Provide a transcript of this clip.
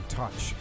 touch